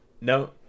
No